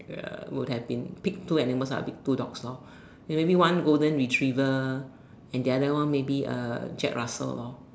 would have been pick two animals that will be two dogs lah maybe one golden-retriever and the other one maybe Jack-Russell